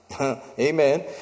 amen